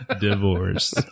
divorce